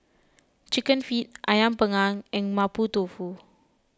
Chicken Feet Ayam Panggang and Mapo Tofu